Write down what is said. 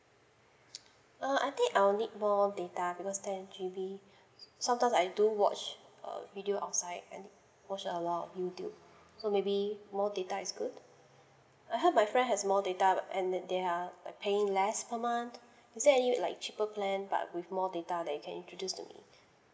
uh I think I will need more data because ten G_B sometimes I do watch uh video outside and watch a lot of youtube so maybe more data is good I heard my friend has more data and that they are like paying less per month is there any like cheaper plan but with more data that you can introduce to me